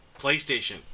PlayStation